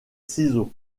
ciseaux